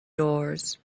doors